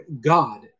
God